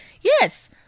yes